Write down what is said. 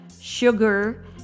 sugar